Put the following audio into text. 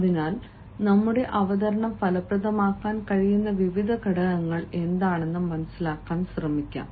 അതിനാൽ ഞങ്ങളുടെ അവതരണം ഫലപ്രദമാക്കാൻ കഴിയുന്ന വിവിധ ഘടകങ്ങൾ എന്താണെന്ന് മനസിലാക്കാൻ ശ്രമിക്കാം